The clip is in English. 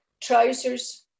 Trousers